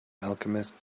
alchemist